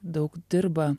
daug dirba